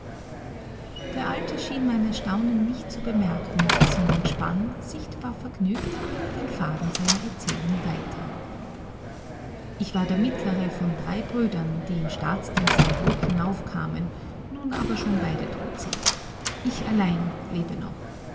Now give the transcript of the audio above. der alte schien mein erstaunen nicht zu bemerken sondern spann sichtbar vergnügt den faden seiner erzählung weiter ich war der mittlere von drei brüdern die in staatsdiensten hoch hinaufkamen nun aber schon beide tot sind ich allein lebe noch